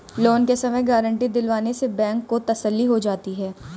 loan के समय guarantee दिलवाने से बैंक को तसल्ली हो जाती है